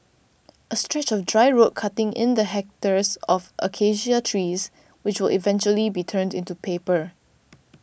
a stretch of dry road cutting in the hectares of Acacia trees which will eventually be turned into paper